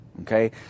Okay